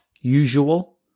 usual